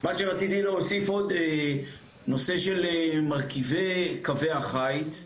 רציתי להוסיף לעניין מרכיבי קווי החיץ.